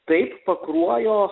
taip pakruojo